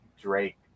Drake